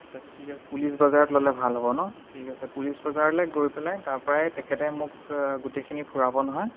আচ্ছা ঠিক আছে পুলিচ বজাৰত ল'লে ভাল হ'ব ন ঠিক আছে পুলিচ বজাৰলৈ গৈ পেলাই তাৰ পৰাই তেখেতে মোক গোটেইখিনি ফুৰাব নহয়